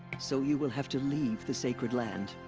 so you will have to leave the sacred land.